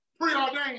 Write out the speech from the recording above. preordained